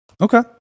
Okay